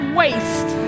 waste